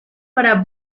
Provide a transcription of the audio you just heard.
para